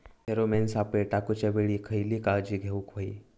Pheromone सापळे टाकूच्या वेळी खयली काळजी घेवूक व्हयी?